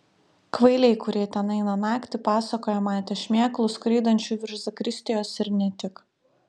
kvailiai kurie ten eina naktį pasakoja matę šmėklų skraidančių virš zakristijos ir ne tik